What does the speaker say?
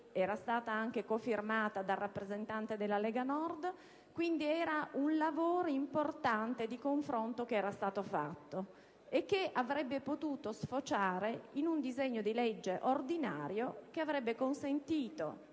era stata anche cofirmata dal rappresentante della Lega Nord. Quindi era un lavoro importante di confronto quello che era stato fatto, e che avrebbe potuto sfociare in un disegno di legge ordinario che avrebbe consentito